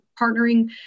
partnering